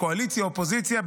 קואליציה-אופוזיציה,